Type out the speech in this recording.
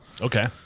Okay